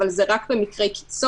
אבל זה רק במקרי קיצון,